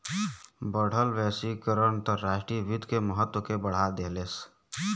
बढ़ल वैश्वीकरण अंतर्राष्ट्रीय वित्त के महत्व के बढ़ा देहलेस